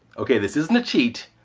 okay, this isn't a cheat,